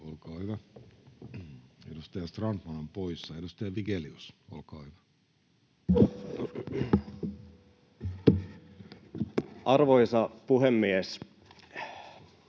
— Edustaja Strandman on poissa. — Edustaja Vigelius, olkaa hyvä. Arvoisa puhemies!